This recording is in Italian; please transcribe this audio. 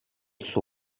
suo